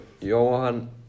Johan